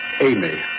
Amy